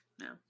No